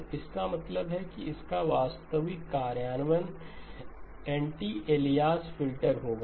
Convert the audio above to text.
तो इसका मतलब है कि इसका वास्तविक कार्यान्वयन एंटी एलियस फ़िल्टर होगा